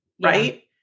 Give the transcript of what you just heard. Right